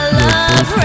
love